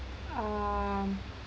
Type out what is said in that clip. um